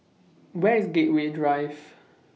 Where IS Gateway Drive